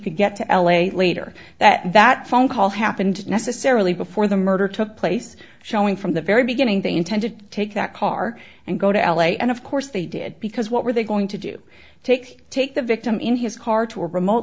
could get to l a later that that phone call happened necessarily before the murder took place showing from the very beginning they intended to take that car and go to l a and of course they did because what were they going to do take take the victim in his car to a remote